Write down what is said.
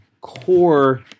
core